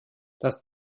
das